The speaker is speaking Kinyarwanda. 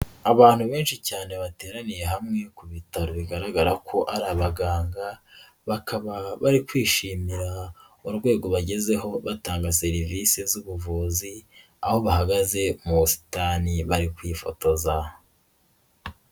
Abantu benshi cyane bateraniye hamwe ku bitaro bigaragara ko ari abaganga, bakaba bari kwishimira urwego bagezeho batanga serivisi z'ubuvuzi, aho bahagaze mu busitani bari kwifotoza.